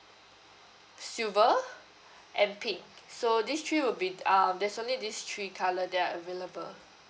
silver and pink so these three will be th~ um there's only these three colour that are available